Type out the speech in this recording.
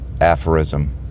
aphorism